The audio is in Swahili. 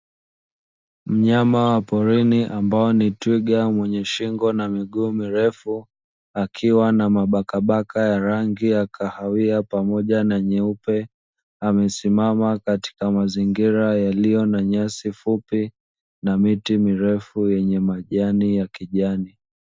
Mnyama wa porini ambaye ni twiga mwenye shingo na miguu mirefu akiwa na mabakabaka ya rangi ya kahawia pamoja na meupe amesimama katika mazingira yaliyo na nyasi fupi na miti mirefu yenye majani ya kijani.